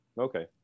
Okay